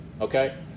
okay